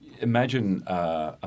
imagine